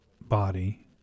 body